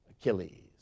Achilles